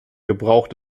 gebrauch